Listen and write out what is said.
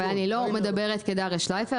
אבל אני לא מדברת כדריה שלייפר,